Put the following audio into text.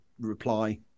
reply